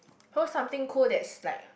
hold something cool that's like a